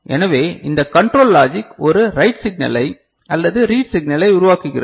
எனவே இந்த control logic ஒரு ரைட் சிக்னலை அல்லது ரீட் சிக்னலை உருவாக்குகிறது